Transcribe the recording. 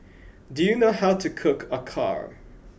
do you know how to cook acar